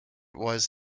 was